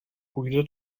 půjde